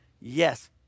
Yes